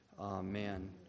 Amen